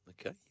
Okay